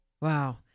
Wow